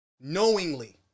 Knowingly